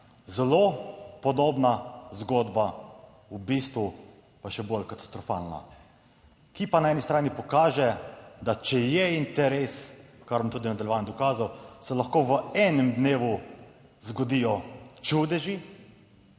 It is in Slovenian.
Zelo podobna zgodba, v bistvu pa še bolj katastrofalna, ki pa na eni strani pokaže, da če je interes, kar bom tudi v nadaljevanju dokazal, se lahko v enem dnevu zgodijo čudeži.